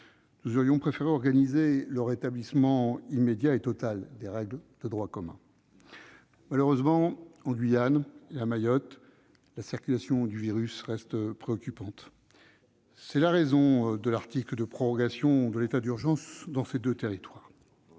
Nous aurions préféré organiser le rétablissement immédiat et total des règles de droit commun. Malheureusement, en Guyane et à Mayotte, la circulation du virus reste préoccupante. Cela explique l'article 1 de ce texte, qui proroge l'état d'urgence sanitaire dans ces deux territoires.